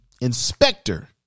inspector